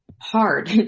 hard